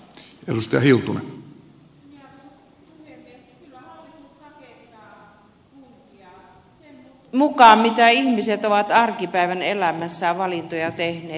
kyllä hallitus rakentaa kuntia sen mukaan kuin ihmiset ovat arkipäivän elämässään valintoja tehneet